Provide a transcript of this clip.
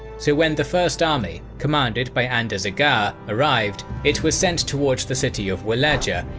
so when the first army, commanded by andarzaghar, arrived, it was sent toward the city of walaja,